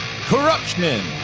Corruption